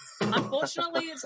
Unfortunately